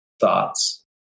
thoughts